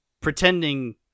pretending